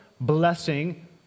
blessing